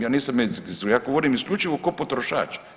Ja nisam medicinski, ja govorim isključivo ko potrošač.